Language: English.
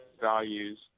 values